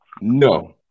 No